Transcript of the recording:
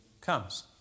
comes